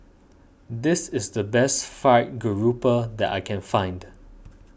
this is the best Fried Garoupa that I can find